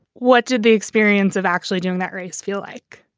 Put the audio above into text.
what did the experience of actually doing that race feel like?